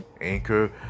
Anchor